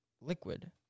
liquid